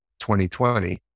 2020